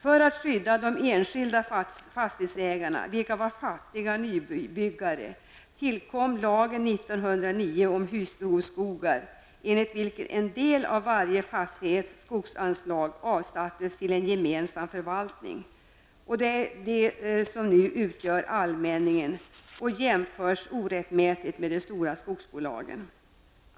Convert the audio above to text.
För att skydda de enskilda fastighetsägarna, vilka var fattiga nybyggare, tillkom år 1909 lagen om husbehovsskogar, enligt vilken en del av varje fastighets skogsanslag avsattes till en gemensam förvaltning. Det är detta område som nu utgör allmänningen och som orättmätigt jämförs med de stora skogsbolagen.